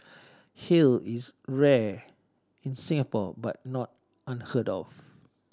hail is rare in Singapore but not unheard of